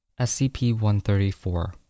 SCP-134